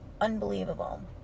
Unbelievable